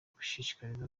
gushishikariza